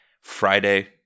Friday